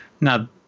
Now